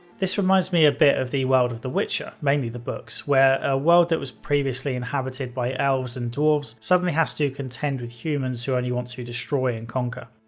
this reminds me a bit of the world of the witcher, mainly the books, where a world that was previously inhabited by elves and dwarfs suddenly has to contend with humans who and only want to destroy and conquer.